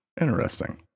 Interesting